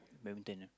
badminton